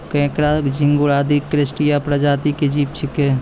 केंकड़ा, झिंगूर आदि क्रस्टेशिया प्रजाति के जीव छेकै